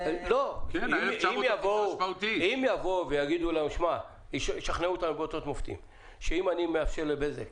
אם יבואו וישכנעו אותנו באותות ומופתים שאם אני מאפשר לבזק